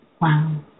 Wow